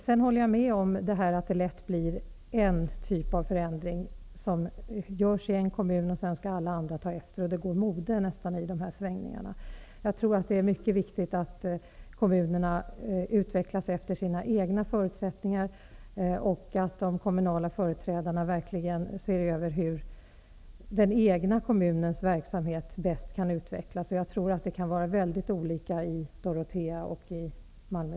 Jag håller med Olle Schmidt om att det lätt blir så att en kommun gör en typ av förändring som alla andra sedan skall ta efter. Det går nästan mode i dessa svängningar. Jag tror att det är mycket viktigt att kommunerna utvecklas efter sina egna förutsättningar och att de kommunala företrädarna verkligen ser över hur den egna kommunens verksamhet bäst kan utvecklas. Jag tror att det kan vara väldigt olika i t.ex. Dorotea och Malmö.